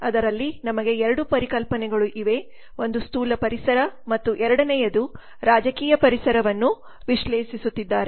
ಅದರಲ್ಲಿ ನಮಗೆ 2 ಪರಿಕಲ್ಪನೆಗಳು ಇವೆ ಒಂದು ಸ್ಥೂಲ ಪರಿಸರ ಮತ್ತು ಎರಡನೆಯದು ರಾಜಕೀಯ ಪರಿಸರವನ್ನು ವಿಶ್ಲೇಷಿಸುತ್ತಿದ್ದಾರೆ